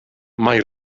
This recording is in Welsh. mae